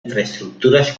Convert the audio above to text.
infraestructuras